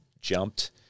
jumped